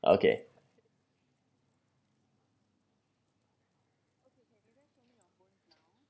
okay